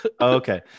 Okay